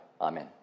Amen